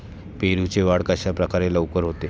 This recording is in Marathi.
पेरूची वाढ कशाप्रकारे लवकर होते?